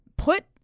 put